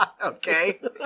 Okay